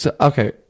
Okay